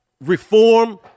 reform